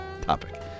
topic